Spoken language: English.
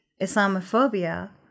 Islamophobia